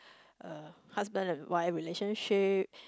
uh husband and wife relationship